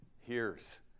hears